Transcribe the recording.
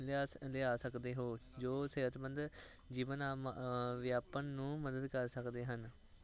ਲਿਆ ਸਕ ਲਿਆ ਸਕਦੇ ਹੋ ਜੋ ਸਿਹਤਮੰਦ ਜੀਵਨ ਆ ਵਿਆਪਨ ਨੂੰ ਮਦਦ ਕਰ ਸਕਦੇ ਹਨ